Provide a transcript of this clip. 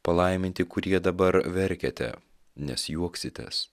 palaiminti kurie dabar verkiate nes juoksitės